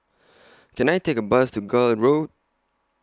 Can I Take A Bus to Gul Road